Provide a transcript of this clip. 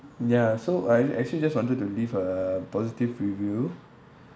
ya so I actually just wanted to leave a positive review